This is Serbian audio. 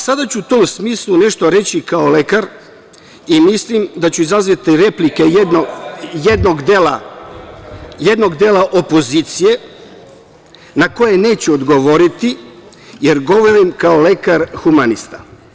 Sada ću u tom smislu nešto reći kao lekar i mislim da ću izazvati replike jednog dela opozicije na koje neću odgovoriti, jer govorim kao lekar humanista.